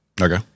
Okay